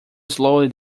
slowly